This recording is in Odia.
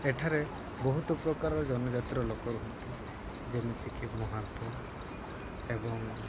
ଏଠାରେ ବହୁତ ପ୍ରକାରର ଜନଜାତିର ଲୋକ ରୁହନ୍ତି ଯେମିତିକି ମହାନ୍ତ ଏବଂ